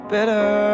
Better